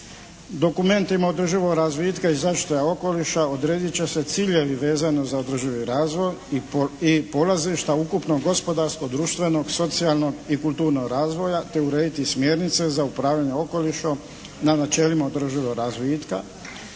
Dokumentima održivog razvitka i zaštite okoliša odredit će se ciljevi vezano za održivi razvoj i polazišta ukupnog gospodarskog, društvenog, socijalnog i kulturnog razvoja te urediti smjernice za upravljanje okolišom na načelima održivog razvitka.